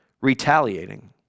retaliating